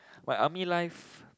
but army life